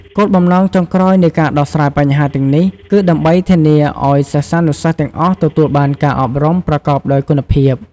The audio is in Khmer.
គោលបំណងចុងក្រោយនៃការដោះស្រាយបញ្ហាទាំងនេះ គឺដើម្បីធានាឱ្យសិស្សានុសិស្សទាំងអស់ទទួលបានការអប់រំប្រកបដោយគុណភាព។